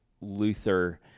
Luther